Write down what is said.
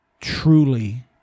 truly